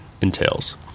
entails